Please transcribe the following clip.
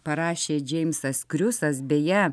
parašė džeimsas kriusas beje